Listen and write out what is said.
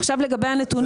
עכשיו, לגבי הנתונים.